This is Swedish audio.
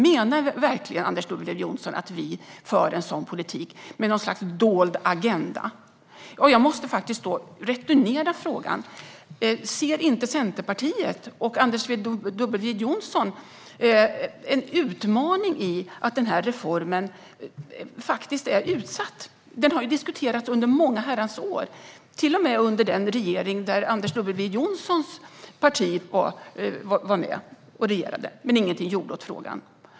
Menar verkligen Anders W Jonsson att vi för en sådan politik med något slags dold agenda? Jag måste då returnera frågan. Ser inte Centerpartiet och Anders W Jonsson en utmaning i att den här reformen faktiskt är utsatt? Den har ju diskuterats under många herrans år, till och med under den regering som Anders W Jonssons parti var med i men som ingenting gjorde åt frågan.